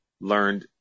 learned